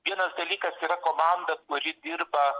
vienas dalykas yra komanda kuri dirba